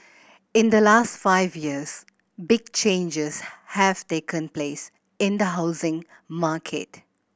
in the last five years big changes have taken place in the housing market